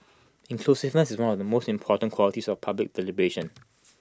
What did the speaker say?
inclusiveness is one of the most important qualities of public deliberation